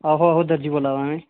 आहो आहो दर्जी बोल्ला दा में